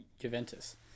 juventus